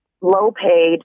low-paid